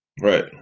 Right